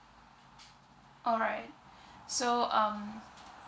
alright so um